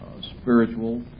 spiritual